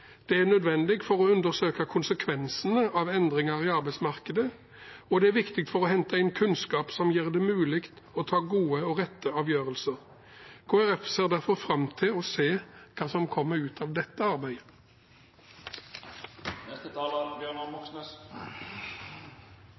Det er nødvendig å undersøke konsekvensene av endringer i arbeidsmarkedet, og det er viktig å hente inn kunnskap som gjør det mulig å ta gode og riktige avgjørelser. Kristelig Folkeparti ser derfor fram til å se hva som kommer ut av dette arbeidet.